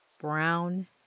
brown